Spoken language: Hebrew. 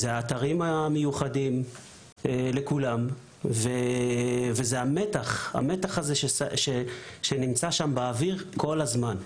האתרים המיוחדים לכולם והמתח שנמצא שם באוויר כל הזמן.